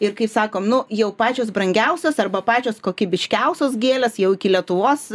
ir kai sakom nu jau pačios brangiausios arba pačios kokybiškiausios gėlės jau iki lietuvos